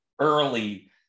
early